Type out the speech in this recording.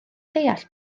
deall